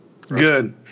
Good